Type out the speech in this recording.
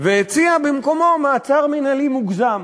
והציע במקומו מעצר מינהלי מוגזם.